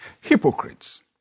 hypocrites